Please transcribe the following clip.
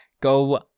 Go